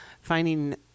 finding